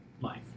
life